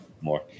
more